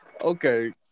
Okay